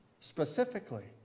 specifically